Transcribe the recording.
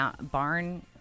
Barn